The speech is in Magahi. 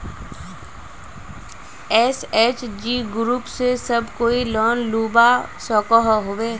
एस.एच.जी ग्रूप से सब कोई लोन लुबा सकोहो होबे?